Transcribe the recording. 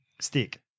stick